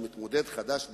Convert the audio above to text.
מתמודד חדש בתחרות,